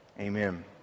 amen